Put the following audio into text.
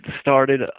started